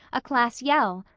a class yell,